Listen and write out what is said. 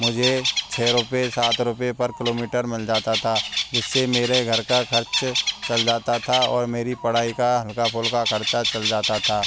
मुझे छः रुपए सात रुपए पर किलोमीटर मिल जाता था जिससे मेरे घर का खर्च चल जाता था और मेरी पढ़ाई का हल्का फुल्का खर्चा चल जाता था